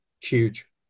Huge